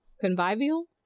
convivial